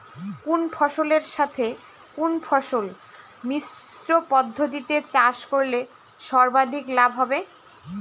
কোন ফসলের সাথে কোন ফসল মিশ্র পদ্ধতিতে চাষ করলে সর্বাধিক লাভ হবে?